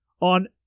On